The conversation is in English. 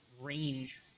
range